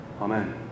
Amen